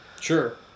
Sure